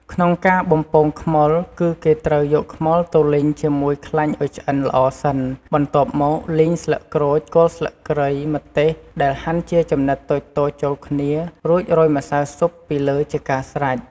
ក្នុងការបំពងខ្មុល គឺគេត្រូវយកខ្មុលទៅលីងជាមួយខ្លាញ់ឱ្យឆ្អិនល្អសិន បន្ទាប់មកលីង ស្លឹកក្រូច គល់ស្លឹកគ្រៃ ម្ទេស ដែលហាន់ជាចំណិតតូចៗចូលគ្នា រួចរោយម្សៅស៊ុបពីលើជាការស្រេច។